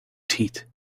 teeth